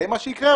שזה מה שיקרה.